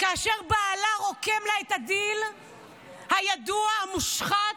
כאשר בעלה רוקם לה את הדיל הידוע, המושחת,